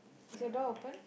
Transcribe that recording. is your door open